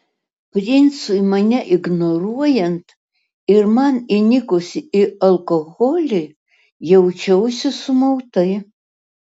princui mane ignoruojant ir man įnikus į alkoholį jaučiausi sumautai